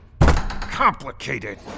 complicated